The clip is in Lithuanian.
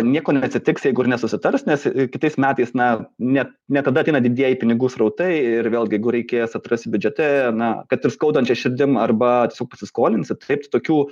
nieko neatsitiks jeigu ir nesusitars nes kitais metais na ne ne tada ateina didieji pinigų srautai ir vėlgi jeigu reikės atrasti biudžete na kad ir skaudančia širdim arba tiesiog pasiskolinsit taip tokių